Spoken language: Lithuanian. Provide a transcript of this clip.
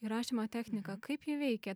įrašymo techniką kaip ji veikia